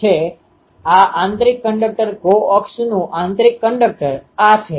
તેથી ચાલો હું આ જોઉં આ પેટર્ન ગુણાકારનું આ ઉદાહરણ છે